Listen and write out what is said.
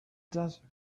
desert